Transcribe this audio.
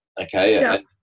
Okay